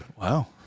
Wow